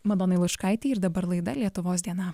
madonai lučkaitei ir dabar laida lietuvos diena